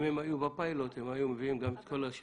אם הם היו בפיילוט, הם היו מביאים גם את כל השכבה.